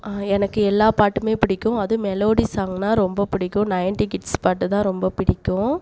எனக்கு எல்லா பாட்டுமே பிடிக்கும் அதுவும் மெலோடி சாங்குன்னா ரொம்ப பிடிக்கும் நைட்டி கிட்ஸ் பாட்டு தான் ரொம்ப பிடிக்கும்